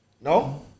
No